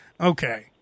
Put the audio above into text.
Okay